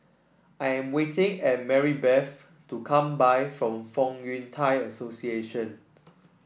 I am waiting and Marybeth to come back from Fong Yun Thai Association